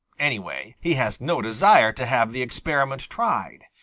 anyway, he has no desire to have the experiment tried.